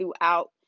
throughout